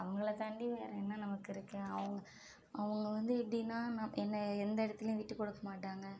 அவங்களை தாண்டி வேற என்ன நமக்கு இருக்கு அவங்கள் அவங்கள் வந்து எப்படினா என்னை எந்த இடத்திலயும் விட்டு கொடுக்கமாட்டாங்க